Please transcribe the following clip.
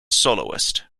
soloist